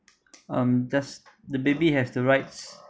um just the baby has the rights